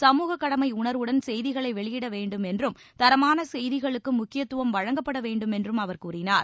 சமூகக் கடமை உணர்வுடன் செய்திகளை வெளியிட வேண்டும் என்றும் தரமான செய்திகளுக்கு முக்கியத்துவம் வழங்கப்பட வேண்டும் என்றும் அவர் கூறினார்